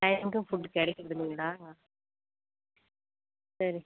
டைமுக்கு ஃபுட் கிடைக்கிறது இல்லைங்களா சரி